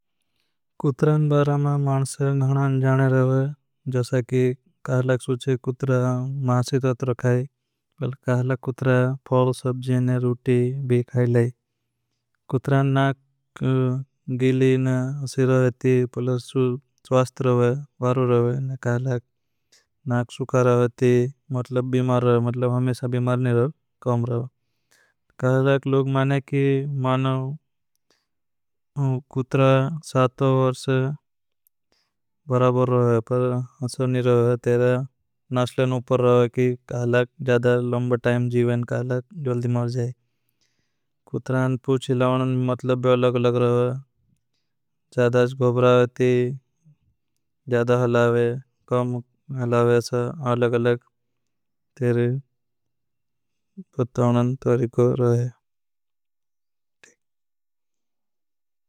कतरन ने बारा में मानसे गणान जाने रहे हैं कि कहा लाग सुचे। कुत्रा मासी तोतर खाई लाग कुत्रा फ़ोल सबजी ने रूटी भी खाई। लाई नाक गीली न असी रहे थी पलस च्वास्त। रहे वारू रहे लाग नाक सुखा रहे थी मतलब बीमार रहे मतलब। हमेशा बीमार ने रहे काम रहे लाग लोग माने कि मानो कुत्रा। साथो वरस बराबर रहे है पर असो ने रहे है कहा लाग ज्यादा लंब। टाइम जीवें कहा लाग जॉल्दी मार जाए पूछी लाउनन मतलब भी। अलग अलग रहे है ज्यादा ज्गोब रहे थी ज्यादा हलावे काम हलावे। असा अलग अलग तेरे पताउनन तोरीको रहे है।